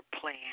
plan